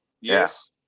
Yes